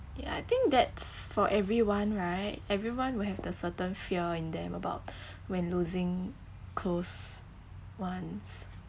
yeah I think that's for everyone right everyone will have the certain fear in them about when losing close ones